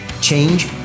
Change